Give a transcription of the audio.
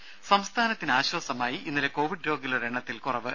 ദര സംസ്ഥാനത്തിന് ആശ്വാസമായി ഇന്നലെ കോവിഡ് രോഗികളുടെ എണ്ണത്തിൽ കുറവ്